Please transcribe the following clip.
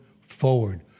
forward